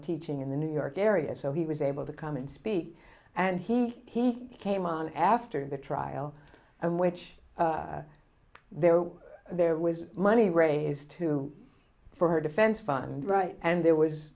teaching in the new york area so he was able to come and speak and he came on after the trial of which there there was money raised to for her defense fund right and there was